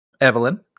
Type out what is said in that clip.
Evelyn